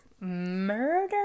Murder